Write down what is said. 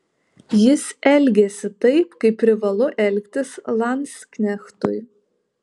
jis elgėsi taip kaip privalu elgtis landsknechtui